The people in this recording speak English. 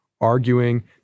arguing